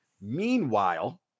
Meanwhile